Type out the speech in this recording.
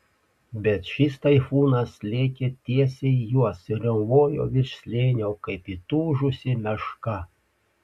bet šis taifūnas lėkė tiesiai į juos ir riaumojo virš slėnio kaip įtūžusi meška